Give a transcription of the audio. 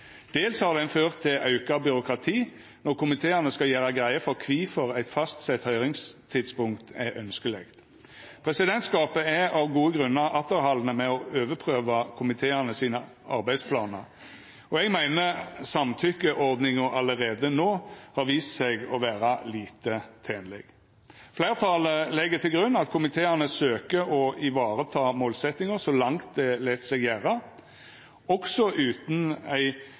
dels har ho ført til auka byråkrati når komiteane skal gjera greie for kvifor eit fastsett høyringstidspunkt er ønskeleg. Presidentskapet er av gode grunnar atterhaldne med å overprøva arbeidsplanane til komiteane. Eg meiner samtykkeordninga allereie nå har vist seg å vera lite tenleg. Fleirtalet legg til grunn at komiteane søkjer å ivareta målsettinga så langt det let seg gjera, også utan ei